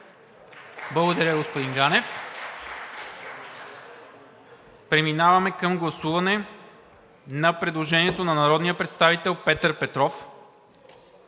Благодаря, господин Ганев. Преминаваме към гласуване на предложението на народния представител Петър Петров